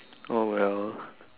oh well